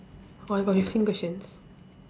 orh you got fifteen questions